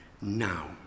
Now